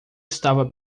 estava